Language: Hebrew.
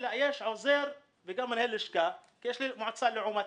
לאייש עוזר וגם מנהל לשכה כי יש לי מועצה לעומתית.